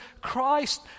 Christ